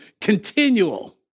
Continual